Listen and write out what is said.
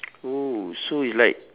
oh so you like